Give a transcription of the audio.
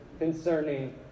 concerning